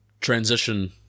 transition-